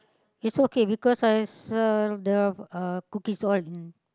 it's okay because I sell the uh cookies all in